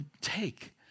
take